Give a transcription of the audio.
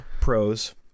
pros